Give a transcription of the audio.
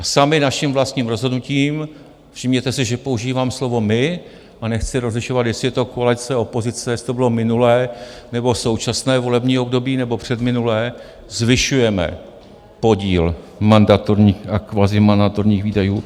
Sami naším vlastním rozhodnutím všimněte si, že používám slovo my a nechci rozlišovat, jestli je to koalice, opozice, jestli to bylo minulé nebo současné volební období nebo předminulé zvyšujeme podíl mandatorních a kvazimandatorních výdajů.